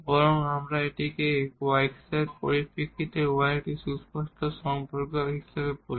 বরং আমরা এটিকে x এর পরিপ্রেক্ষিতে y এর একটি সুস্পষ্ট সম্পর্ক হিসাবে বলি